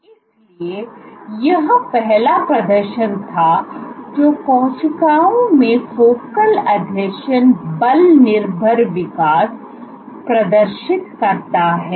इसलिए यह पहला प्रदर्शन था जो कोशिकाओं में फोकल आसंजन बल निर्भर विकास प्रदर्शित करता है